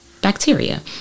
bacteria